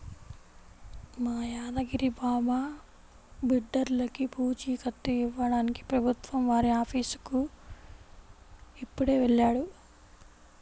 మా యాదగిరి బావ బిడ్డర్లకి పూచీకత్తు ఇవ్వడానికి ప్రభుత్వం వారి ఆఫీసుకి ఇప్పుడే వెళ్ళాడు